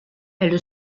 elle